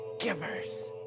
givers